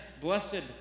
blessed